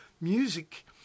music